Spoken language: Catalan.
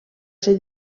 ser